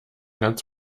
ganz